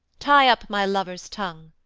tie up my love's tongue,